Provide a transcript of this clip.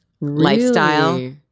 lifestyle